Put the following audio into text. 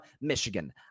Michigan